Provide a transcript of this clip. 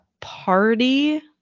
party